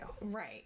right